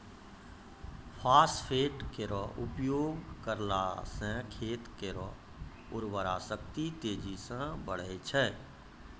phosphate केरो उपयोग करला सें खेत केरो उर्वरा शक्ति तेजी सें बढ़ै छै